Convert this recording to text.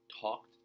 talked